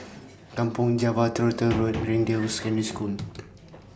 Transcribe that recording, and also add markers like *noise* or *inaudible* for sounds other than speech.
Kampong Java *noise* Truro Road Greendale Secondary School *noise*